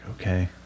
Okay